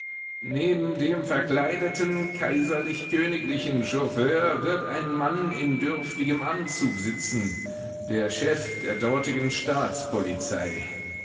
neben dem verkleideten kaiserlich königlichen chauffeur wird ein mann in dürftigem anzug sitzen der chef der dortigen staatspolizei